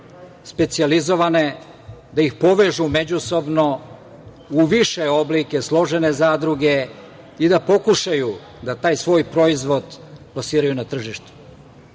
specijalizovane, da ih povežu međusobno u više oblike, složene zadruge i da pokušaju da taj svoj proizvod plasiraju na tržištu. Ja